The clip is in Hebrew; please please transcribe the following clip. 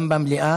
גם במליאה,